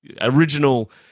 original